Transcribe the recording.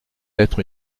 être